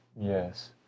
Yes